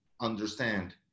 understand